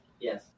Yes